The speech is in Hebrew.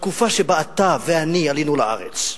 בתקופה שבה אתה ואני עלינו לארץ.